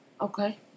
Okay